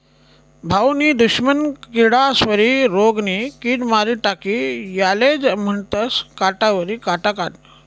भाऊनी दुश्मन किडास्वरी रोगनी किड मारी टाकी यालेज म्हनतंस काटावरी काटा काढनं